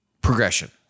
progression